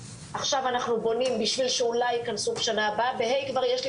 ככה שאי אפשר יהיה